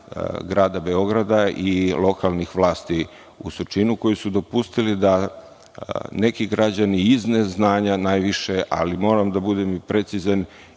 Grada Beograda i lokalnih vlasti u Surčinu, koji su dopustili da neki građani iz neznanja najviše, ali moram da budem precizan,